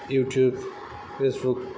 YouTube Facebook